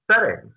settings